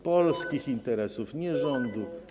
Polskich interesów, nie rządu.